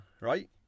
Right